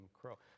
Crow